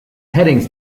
headings